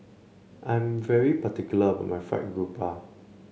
I'm very particular about my Fried Garoupa